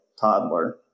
toddler